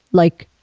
like